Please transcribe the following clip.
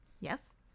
Yes